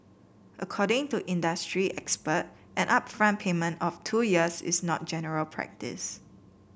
according to industry expert an upfront payment of two years is not general practice